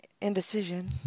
indecision